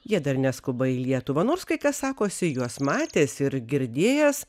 jie dar neskuba į lietuvą nors kai kas sakosi juos matęs ir girdėjęs